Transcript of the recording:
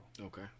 okay